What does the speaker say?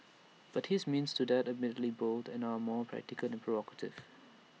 but his means to that admittedly bold end are more practical than provocative